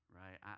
right